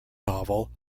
novel